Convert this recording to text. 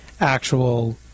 actual